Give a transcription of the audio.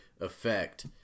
effect